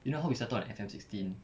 you know how we started on F_M sixteen